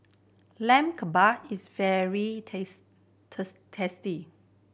Lamb Kebabs is very tasty